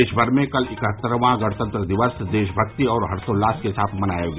देश भर में कल इकहत्तरवां गणतंत्र दिवस देशभक्ति और हर्षोल्लास के साथ मनाया गया